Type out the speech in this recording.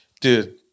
Dude